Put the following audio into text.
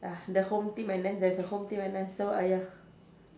ya the home team N_S there's a home team N_S so ah ya